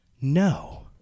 No